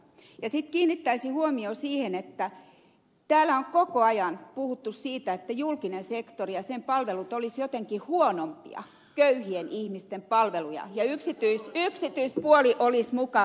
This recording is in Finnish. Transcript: sitten kiinnittäisin huomiota siihen että täällä on koko ajan puhuttu siitä että julkinen sektori ja sen palvelut olisivat jotenkin huonompia köyhien ihmisten palveluja ja yksityispuoli olisi muka parempaa